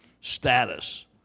status